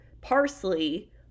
parsley